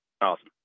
Awesome